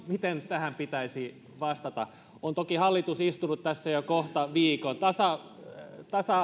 miten tähän pitäisi vastata on toki hallitus istunut tässä jo kohta viikon tasa tasa